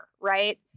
Right